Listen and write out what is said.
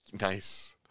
Nice